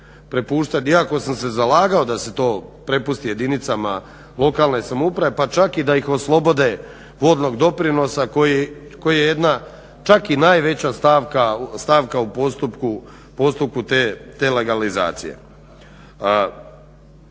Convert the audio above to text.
iako sam se zalagao da se to prepusti jedinicama lokalne samouprave pa čak i da ih oslobode vodnog doprinosa koji je jedna čak i najveća stavka u postupku te legalizacije.